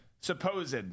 supposed